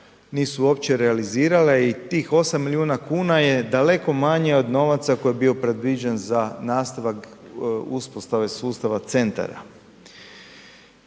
nisu uopće realizirale i tih 8 milijuna kuna je daleko manje od novaca koji je bio predviđen za nastavak uspostave sustava centara.